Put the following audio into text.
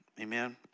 Amen